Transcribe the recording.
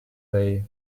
they